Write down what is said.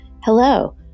Hello